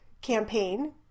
campaign